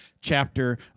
chapter